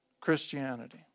Christianity